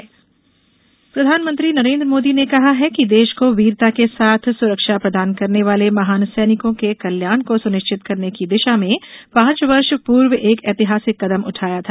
OROP प्रधानमंत्री नरेन्द्र मोदी ने कहा है कि देश को वीरता के साथ सुरक्षा प्रदान करने वाले महान सैनिकों के कल्याण को सुनिश्चित करने की दिशा में पांच वर्ष पूर्व एक ऐतिहासिक कदम उठाया था